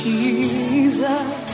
Jesus